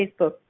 Facebook